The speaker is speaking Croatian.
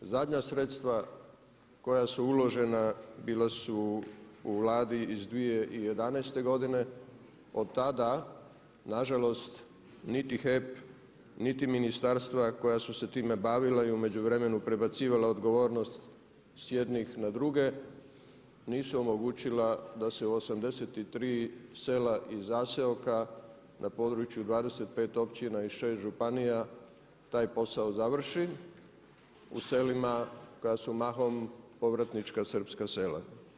Zadnja sredstva koja su uložena bila su u Vladi iz 2011. godine, od tada nažalost niti HEP niti ministarstva koja su se time bavila i u međuvremenu prebacivala odgovornost s jednih na druge, nisu omogućila da se u 83 sela i zaseoka na području 25 općina i 6 županija taj posao završi u selima koja su mahom povratnička srpska sela.